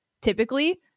typically